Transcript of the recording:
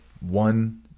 one